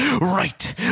right